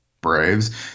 Braves